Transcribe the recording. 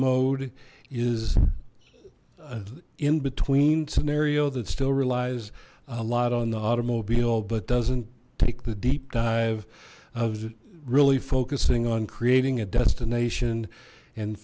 mode is in between scenario that still relies a lot on the automobile but doesn't take the deep dive of really focusing on creating a destination and